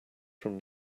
from